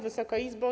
Wysoka Izbo!